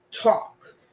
talk